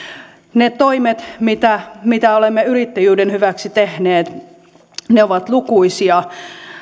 ne toimet mitä mitä olemme yrittäjyyden hyväksi tehneet ovat lukuisia ja